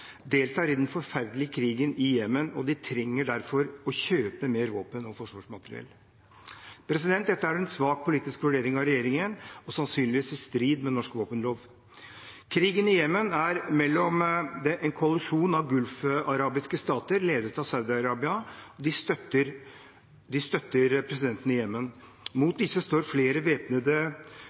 deltar i den forferdelige krigen i Jemen, og de trenger derfor å kjøpe mer våpen og forsvarsmateriell. Dette er en svak politisk vurdering av regjeringen og sannsynligvis i strid med norsk våpenlov. I krigen i Jemen står en koalisjon av gulfarabiske stater, ledet av Saudi-Arabia, som støtter presidenten i Jemen, mot flere væpnede